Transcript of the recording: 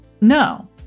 No